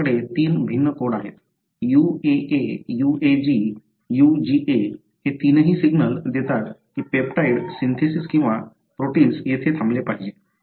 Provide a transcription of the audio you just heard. माझ्याकडे तीन भिन्न कोड आहेत UAA UAG UGA हे तीनही सिग्नल देतात की पेप्टाइड सिन्थेसिस किंवा प्रोटिन्स येथे थांबली पाहिजेत